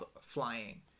flying